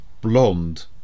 blonde